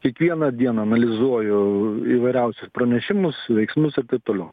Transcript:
kiekvieną dieną analizuoju įvairiausius pranešimus veiksmus ir taip toliau